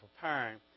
preparing